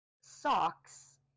socks